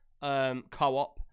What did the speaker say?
co-op